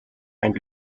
ein